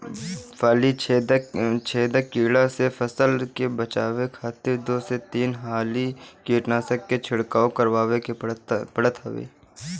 फली छेदक कीड़ा से फसल के बचावे खातिर दू से तीन हाली कीटनाशक के छिड़काव करवावे के पड़त हवे